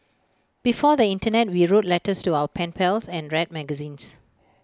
before the Internet we wrote letters to our pen pals and read magazines